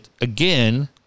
again